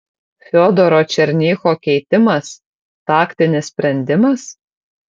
fiodoro černycho keitimas taktinis sprendimas